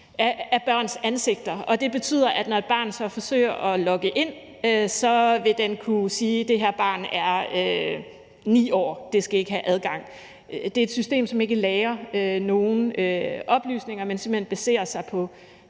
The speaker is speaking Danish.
af børns ansigter, og det betyder, at når et barn så forsøger at logge ind, vil den kunne sige, at det her barn er 9 år, og at det ikke skal have adgang. Det er et system, som ikke lagrer nogen oplysninger, men simpelt hen baserer sig på